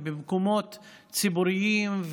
במקומות ציבוריים,